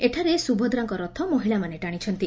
ଏଠାରେ ସୁଭଦ୍ରାଙ୍କ ରଥ ମହିଳାମାନେ ଟାଶିଛନ୍ତି